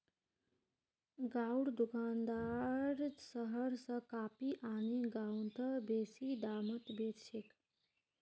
गांउर दुकानदार शहर स कॉफी आने गांउत बेसि दामत बेच छेक